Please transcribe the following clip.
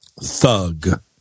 thug